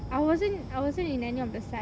I wasn't I wasn't in any of the side